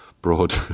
broad